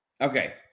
okay